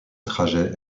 trajet